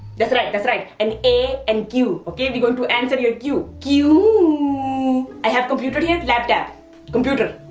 that's right, that's right. an a and q, okay? we are going to answer your q. q-ooooooo. you know i have computer here. laptop. computer.